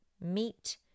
meat